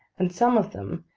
and some of them,